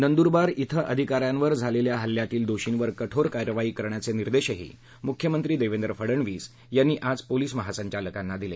नंदुरबार येथे अधिकाऱ्यांवर झालेल्या हल्ल्यातील दोषींवर कठोर कारवाई करण्याचे निर्देश मुख्यमंत्री देवेंद्र फडणवीस यांनी आज पोलिस महासंचालकाना दिले